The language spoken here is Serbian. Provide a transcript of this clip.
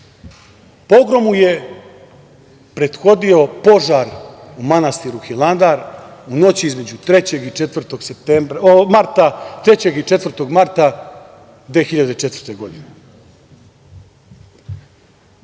Pogromu je prethodio požar u manastiru Hilandar u noći između 3. i 4. marta 2004. godine.